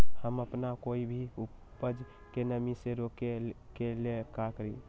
हम अपना कोई भी उपज के नमी से रोके के ले का करी?